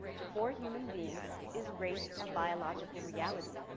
for human beings, is race a biological reality?